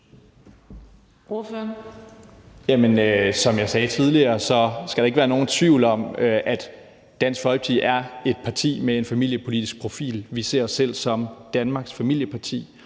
Som jeg sagde tidligere, skal der ikke være nogen tvivl om, at Dansk Folkeparti er et parti med en familiepolitisk profil. Vi ser os selv som Danmarks familieparti,